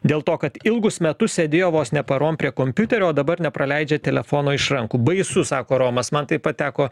dėl to kad ilgus metus sėdėjo vos ne parom prie kompiuterio o dabar nepraleidžia telefono iš rankų baisu sako romas man taip pat teko